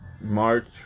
March